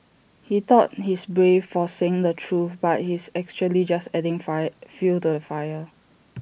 he thought he's brave for saying the truth but he's actually just adding fire fuel to the fire